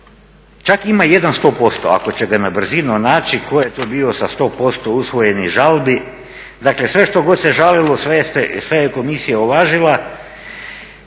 čak ima jedan 100% ako će ga na brzinu naći, tko je to bio sa 100% usvojenih žalbi, dakle sve što god se žalilo sve je komisija uvažila.